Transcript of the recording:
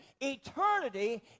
eternity